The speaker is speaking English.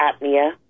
apnea